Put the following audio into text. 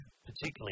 particularly